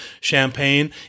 champagne